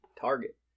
target